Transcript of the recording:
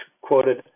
quoted